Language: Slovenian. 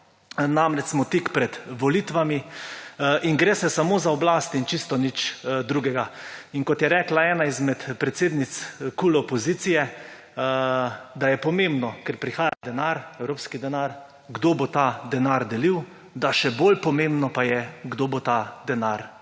Namreč smo tik pred volitvami. In gre se samo za oblast in čisto nič drugega. In kot je rekla ena izmed predsednic KUL opozicije, da je pomembno, ker prihaja denar, evropskih denar, kdo bo ta denar delil, da še bolj pomembno pa je, kdo bo ta denar dobil